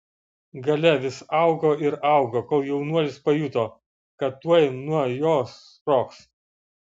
galia vis augo ir augo kol jaunuolis pajuto kad tuoj nuo jos sprogs